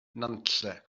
nantlle